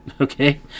Okay